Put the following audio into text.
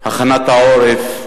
הכנת העורף,